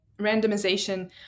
randomization